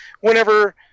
whenever